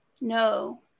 No